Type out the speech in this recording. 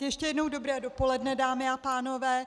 Ještě jednou dobré dopoledne, dámy a pánové.